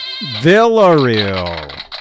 Villarreal